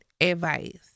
Advice